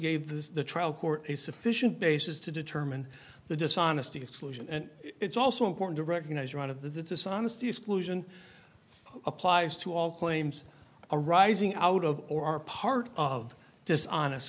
gave the trial court a sufficient basis to determine the dishonesty exclusion and it's also important to recognize one of the dishonesty exclusion applies to all claims arising out of or part of this honest